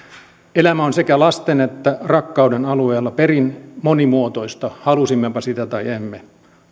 elämä on sekä lasten että rakkauden alueella perin monimuotoista halusimmepa sitä tai emme